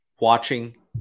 watching